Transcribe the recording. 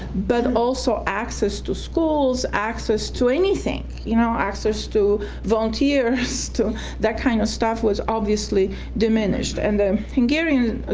but also access to schools, access to anything, you know, access to volunteers, that kind of stuff was obviously diminished, and the hungarians, and ah